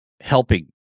helping